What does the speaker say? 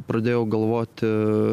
pradėjau galvoti